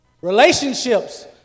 relationships